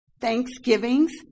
thanksgivings